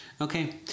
Okay